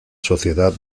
sociedad